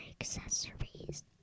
accessories